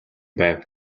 байв